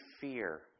fear